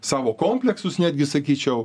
savo kompleksus netgi sakyčiau